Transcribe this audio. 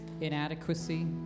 inadequacy